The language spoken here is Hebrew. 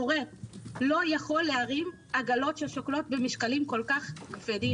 הורה לא יכול להרים עגלות ששוקלות משקל כל כך כבד.